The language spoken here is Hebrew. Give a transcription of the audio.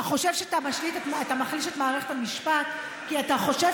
אתה חושב שאתה מחליש את מערכת המשפט כי אתה חושב